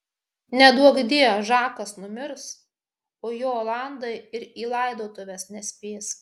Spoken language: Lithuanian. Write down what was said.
neduokdie žakas numirs o jo olandai ir į laidotuves nespės